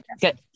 good